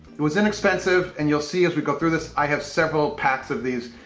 it was inexpensive and you'll see as we go through this, i have several packs of these.